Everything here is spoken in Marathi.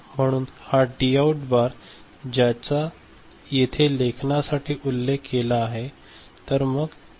म्हणूनच हा डाउट बार ज्याचा येथे लेखनासाठी उल्लेख केला आहे तर मग हे डब्ल्यू चालू होईल